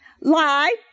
lie